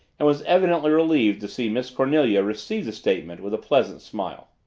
and was evidently relieved to see miss cornelia receive the statement with a pleasant smile.